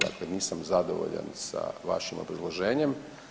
Dakle, nisam zadovoljan sa vašim obrazloženjem.